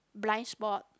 blind spot